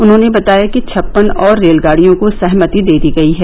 उन्होंने बताया कि छप्पन और रेलगाड़ियों को सहमति दे दी गई है